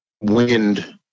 wind